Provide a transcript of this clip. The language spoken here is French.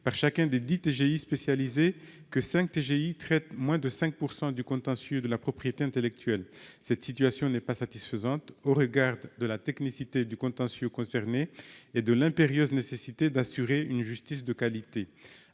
par chacun des dix TGI spécialisés que cinq d'entre eux traitent moins de 5 % du contentieux de la propriété intellectuelle. Cette situation n'est pas satisfaisante au regard de la technicité du contentieux concerné et de l'impérieuse nécessité d'assurer une justice de qualité.